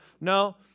no